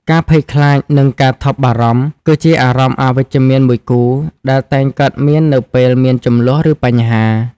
ការភ័យខ្លាច និងការថប់បារម្ភ គឺជាអារម្មណ៍អវិជ្ជមានមួយគូដែលតែងកើតមាននៅពេលមានជម្លោះ ឬបញ្ហា។